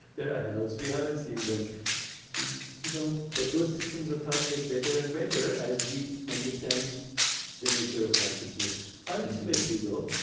there are hells, we haven't seen them you you don't. but those systems of thought get better and better as understand the nature of consciousness ultimately though,